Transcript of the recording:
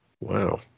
Wow